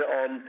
on